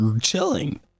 chilling